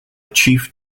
chief